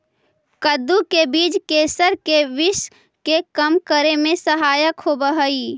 कद्दू के बीज कैंसर के विश्व के कम करे में सहायक होवऽ हइ